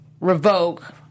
revoke